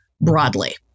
broadly